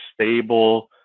stable